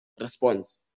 response